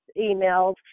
emails